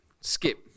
Skip